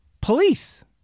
police